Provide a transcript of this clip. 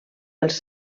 als